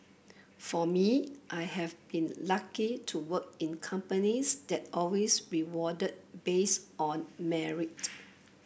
for me I have been lucky to work in companies that always rewarded based on merit